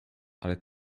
ale